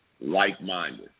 like-minded